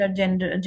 gender